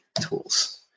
tools